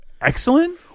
excellent